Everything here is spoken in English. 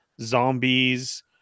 zombies